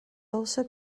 also